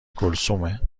کلثومه